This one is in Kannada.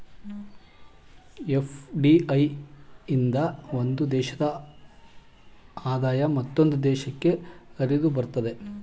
ಎಫ್.ಡಿ.ಐ ಇಂದ ಒಂದು ದೇಶದ ಆದಾಯ ಮತ್ತೊಂದು ದೇಶಕ್ಕೆ ಹರಿದುಬರುತ್ತದೆ